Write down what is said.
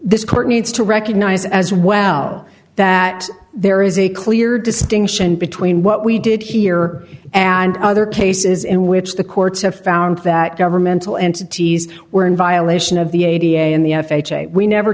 this court needs to recognize as well that there is a clear distinction between what we did here and other cases in which the courts have found that governmental entities were in violation of the eighty a in the f h a we never